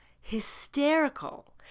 hysterical